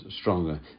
stronger